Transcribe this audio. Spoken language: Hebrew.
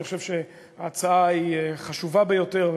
אני חושב שההצעה היא חשובה ביותר,